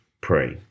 pray